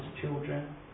children